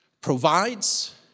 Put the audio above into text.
provides